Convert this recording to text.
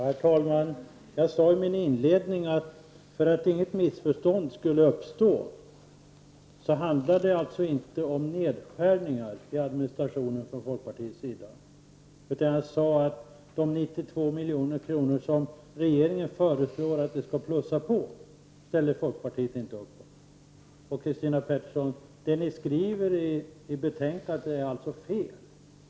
Herr talman! Jag sade i min inledning, för att inget missförstånd skulle uppstå, att det handlar från folkpartiets sida inte om nedskärningar på administrationen, utan jag sade att de 92 miljoner kronor som regeringen föreslår riksdagen att plussa på ställer folkpartiet inte upp på. Det ni skriver i betänkandet, Christina Pettersson, är alltså fel.